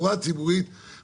ישקיעו מיליארדים,